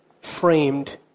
framed